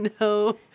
no